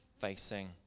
facing